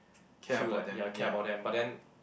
feel like ya care about them but then